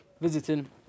visiting